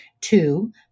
Two